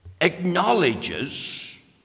acknowledges